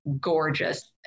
gorgeous